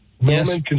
Yes